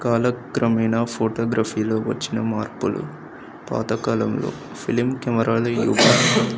కాలక్రమేణ ఫోటోగ్రఫీలో వచ్చిన మార్పులు పాతకాలంలో ఫిల్మ్ కెమెరాలు ఇవి